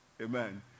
Amen